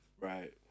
right